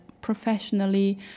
professionally